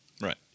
right